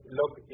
look